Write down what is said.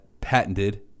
patented